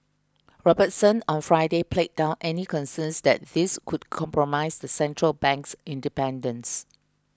Robertson on Friday played down any concerns that this could compromise the central bank's independence